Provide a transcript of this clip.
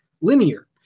linear